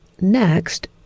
next